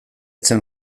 zen